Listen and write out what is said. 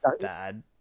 bad